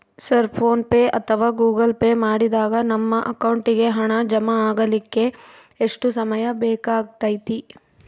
Sir PhonePe ಅಥವಾ Google Pay ಮಾಡಿದಾಗ ನಮ್ಮ ಅಕೌಂಟಿಗೆ ಹಣ ಜಮಾ ಆಗಲಿಕ್ಕೆ ಎಷ್ಟು ಸಮಯ ಬೇಕಾಗತೈತಿ?